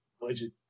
budget